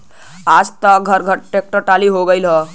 आज त घरे घरे ट्रेक्टर टाली होई गईल हउवे